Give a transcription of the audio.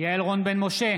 יעל רון בן משה,